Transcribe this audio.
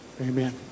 Amen